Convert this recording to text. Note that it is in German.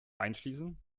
einschließen